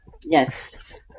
Yes